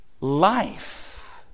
life